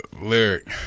Lyric